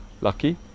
lucky